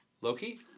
Loki